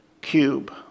Cube